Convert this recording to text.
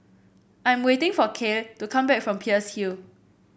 I'm waiting for Kaye to come back from Peirce Hill